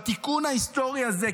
בתיקון ההיסטורי הזה,